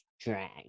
drag